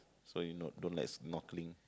so you not don't like snorkeling